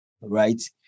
Right